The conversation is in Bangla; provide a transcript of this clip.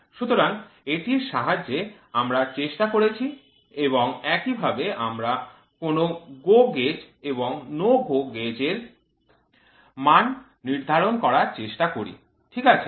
সুতরাং এটির সাহায্যে আমরা চেষ্টা করেছি এবং এইভাবে আমরা কোন GO gauge এবং NO GO gauge এর মান নির্ধারণ করার চেষ্টা করি ঠিক আছে